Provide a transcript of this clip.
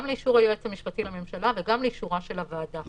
לאישור היועץ המשפטי לממשלה וגם לאישורה של הוועדה.